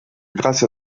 grâce